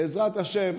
בעזרת השם,